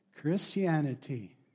Christianity